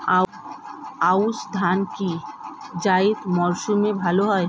আউশ ধান কি জায়িদ মরসুমে ভালো হয়?